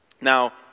Now